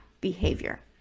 behavior